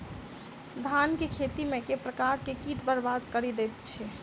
धान केँ खेती मे केँ प्रकार केँ कीट बरबाद कड़ी दैत अछि?